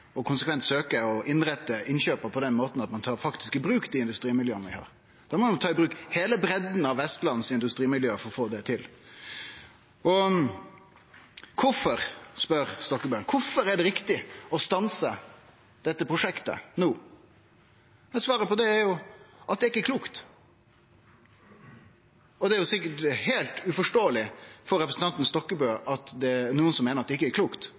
og konsekvent søkjer å innrette innkjøpa på den måten at ein faktisk tek i bruk dei industrimiljøa vi har. Da må ein ta i bruk heile breidda av Vestlandets industrimiljø for å få det til. Representanten Stokkebø spør kvifor det er viktig å stanse dette prosjektet no. Svaret på det er at det ikkje er klokt. Det er sikkert heilt uforståeleg for representanten Stokkebø at det er nokon som meiner at det ikkje er klokt,